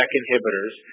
inhibitors